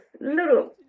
little